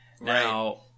Now